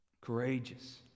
courageous